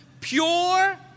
pure